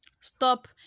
stop